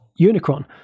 Unicron